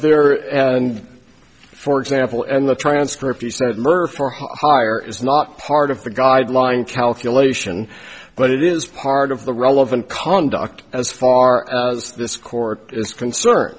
there and for example and the transcript he said murder for hire is not part of the guideline calculation but it is part of the relevant conduct as far as this court is concerned